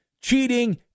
cheating